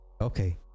Okay